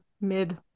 mid